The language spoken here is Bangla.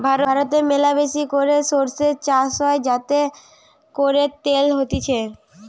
ভারতে ম্যালাবেশি করে সরষে চাষ হয় যাতে করে তেল হতিছে